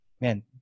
man